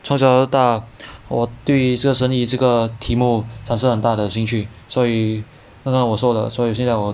从小到大我对这生意这个题目产生很大的兴趣所以刚刚我说的所以现在我